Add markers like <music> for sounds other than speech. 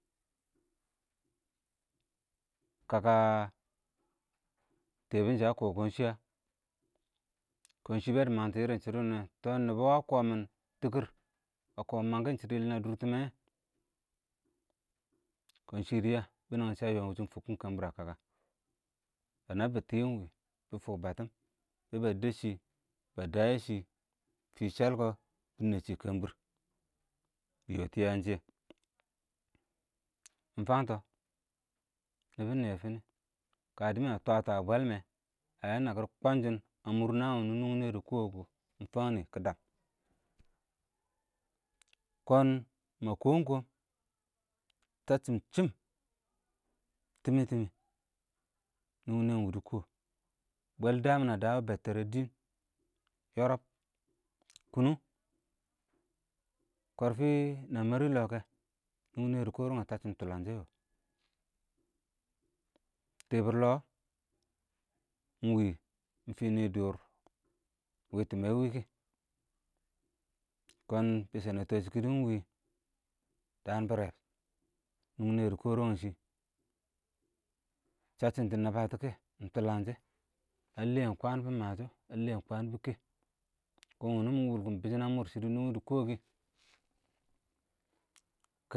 kəkə tɛbɪn shɪyɛ ə kɔkɔn ɪng shɪ ə, kɔɔn shɪ bɛ dɪ məngtɔ shɪdɔ wɪnɛ wɛ, tɔ ɪng nɪbɔ wɔ ə kɔmɪn tɪkɪr ə kɔmɪn mənghɪn shɪdɔ yɪlɪn ə dʊrtɪmɛ, kɪ shɪdɪ yə shɪ a bɪnɛng wɪ shɪ ə yɔɔm fʊnkɪn kəmbɪr ə kəkə, ə nə bɪttɛ ɪng wɪ. Bɪ fʊʊ bə tɪm bɛ bə dɛsshɪ, bə də yɛ shɪ, fɪɪ shəlkɔ bɪ nɛsshɪ kəmbɪr, bɪ yɛ tɪ ɪng yəəm shɪyɛ mɪ fəngtɔ nɪbɪn nɪyɛ ə fɪnɪ, kədɪ mə twə-twə bwɛlmɛ, ə yəə nəkɪr ɪng kwənshɪn ə mʊr nəən wɪnɪ nʊngmɪn dɪ kɔɔ kɔ, mɪ fəng nɪ kɪ dəəm, <noise> kɔɔn mə kɔɔm-kɔɔkm səcchɪm chɪm tɪmɪ-tɪmɪ nʊng nɪyɛ ɪng wɪɪ dɪ kɔɔ bwəl dəəm mɪn ə də wɛ bɛttɛrɛ dɪɪn, yɔrɔb, kʊnʊng, <noise> kɔrfɪ nə mɛrɪ lɔɔ kɛ nʊng nɪyɛ dɪ kɔrəntɔ səcchɪm tʊləngshɛ yɔɔ, <noise> tɪbɪr ɪng lɔɔ ɪng wɪ ɪng fɪɪ nɪ dʊʊr, wɪɪ tɪmmɛ wɪɪ kɪ, kɔɔn bɪ shɪnɪn tɛshɪ kɪdɪ ɪng wɪ, <noise> dəən bə rɛb nʊng nɪyɛ dɪ kɔrənyɛ shɪ, səcchɪm dɪ nəbətɔꞌ kɛ, ɪng tʊləng shɛ ə lɛɛn kwəən bɪ məshɔ ə lɛɛn kwəən bɪ kɛ kɔɔn wʊnʊ mɪ mʊrkɪng bɪshɪn ə mʊr shɪdo nʊngyɪ dɪ kɔ tʊ. <noise>